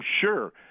sure –